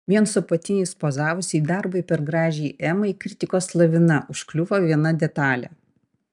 vien su apatiniais pozavusiai darbui per gražiai emai kritikos lavina užkliuvo viena detalė